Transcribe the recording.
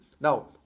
Now